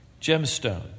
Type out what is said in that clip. gemstone